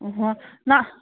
ꯑꯣ ꯍꯣ